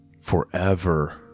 forever